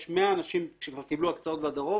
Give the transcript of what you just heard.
יש 100 אנשים שכבר קיבלו הקצאות בדרום